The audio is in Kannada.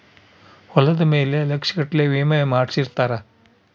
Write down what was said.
ಹೊಲದ ಮೇಲೆ ಲಕ್ಷ ಗಟ್ಲೇ ವಿಮೆ ಮಾಡ್ಸಿರ್ತಾರ